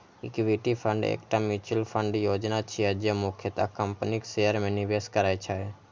equity fund एकटा mutual fund योजना छियै, जे मुख्यतः कंपनीक शेयर मे निवेश करै छै